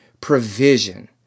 provision